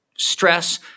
stress